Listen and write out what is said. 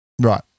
Right